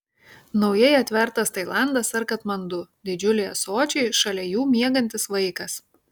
naujai atvertas tailandas ar katmandu didžiuliai ąsočiai šalia jų miegantis vaikas